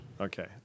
Okay